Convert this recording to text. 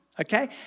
okay